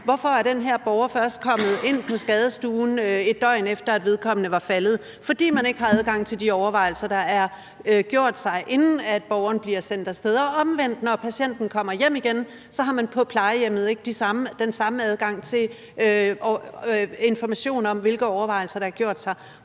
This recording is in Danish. hvorfor den her borger først er kommet ind på skadestuen, et døgn efter at vedkommende er faldet, fordi man ikke har adgang til de overvejelser, der er blevet gjort, inden borgeren bliver sendt af sted. Og omvendt, når patienten kommer hjem igen, har man på plejehjemmet ikke den samme adgang til information om, hvilke overvejelser der er blevet